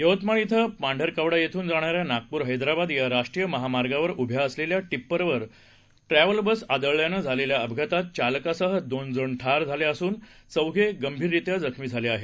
यवतमाळ श्वे पांढरकवडा येथून जाणाऱ्या नागपूर हैद्राबाद या राष्ट्रीय महामार्गावर उभ्या असलेल्या टिप्पर वर ट्रॅव्हल्स बस आदळल्यानं झालेल्या अपघातात चालकासह दोन जण ठार झाले असून चौघे गंभीररीत्या जखमी झाले आहेत